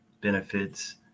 benefits